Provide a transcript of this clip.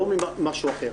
לא משהו אחר.